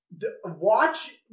watch